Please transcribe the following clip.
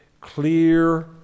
clear